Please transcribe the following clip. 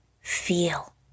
feel